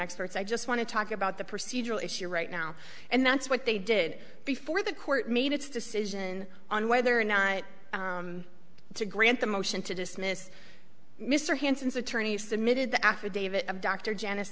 experts i just want to talk about the procedural issue right now and that's what they did before the court made its decision on whether or not to grant the motion to dismiss mr hansen's attorney submitted the affidavit of dr janice